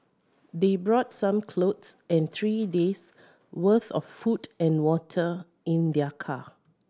they brought some clothes and three days' worth of food and water in their car